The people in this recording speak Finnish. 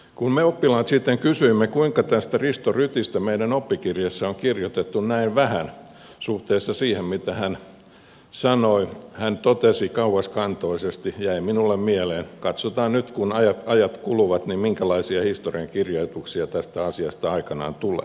kun me oppilaat sitten kysyimme kuinka tästä risto rytistä meidän oppikirjassamme on kirjoitettu näin vähän suhteessa siihen mitä hän sanoi hän totesi kauaskantoisesti se jäi minulle mieleen että katsotaan nyt kun ajat kuluvat minkälaisia historiankirjoituksia tästä asiasta aikanaan tulee